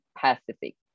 Pacific